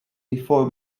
before